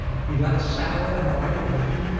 he let saddle and bridle him,